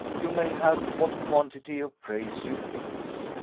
you may have what quantity of praise you please.